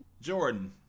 Jordan